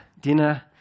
dinner